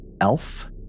elf